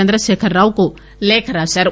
చంద్రశేఖర్ రావుకు లేఖ రాశారు